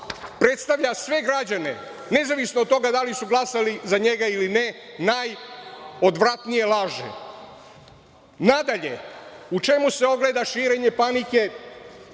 predstavlja sve građane, nezavisno od toga da li su glasali za njega ili ne, najodvratnije laže. Nadalje, u čemu se ogleda širenje panike